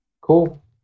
Cool